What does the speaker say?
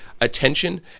attention